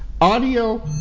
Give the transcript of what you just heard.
Audio